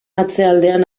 atzealdean